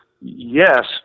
yes